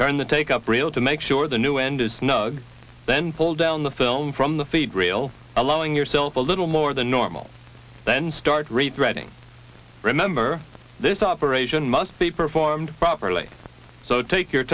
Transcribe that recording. turn the take up real to make sure the new end is no then pull down the film from the feed real allowing yourself a little more than normal then start retreading remember this operation must be performed properly so take your